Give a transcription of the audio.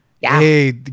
Hey